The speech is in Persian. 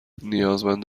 نیازمند